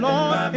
Lord